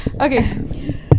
okay